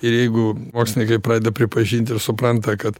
ir jeigu mokslininkai pradeda pripažinti ir supranta kad